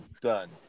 Done